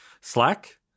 Slack